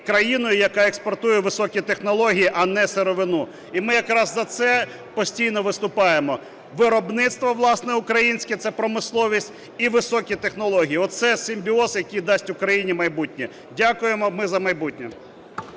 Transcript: країною, яка експортує високі технології, а не сировину. І ми якраз за це постійно виступаємо: виробництво власне українське, це промисловість, і високі технології – оце симбіоз, який дасть Україні майбутнє. Дякуємо. Ми – за майбутнє.